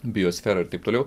biosfera ir taip toliau